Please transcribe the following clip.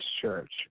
Church